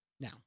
Now